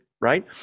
right